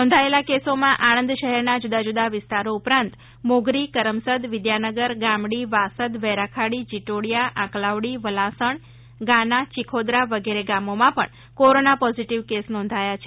નોંધાયેલા કેસોમાં આણંદ શહેરના જુદા જુદા વિસ્તારો સાથે મોગરી કરમસદ વિદ્યાનગર ગામડી વાસદ વહેરાખાડી જીટોડીયા આંકલાવડી વલાસણ ગાના ચિખોદરા વગેરે ગામોમાં પણ કોરોના પોઝીટીવ કેસ નોંધાયા છે